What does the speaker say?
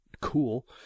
cool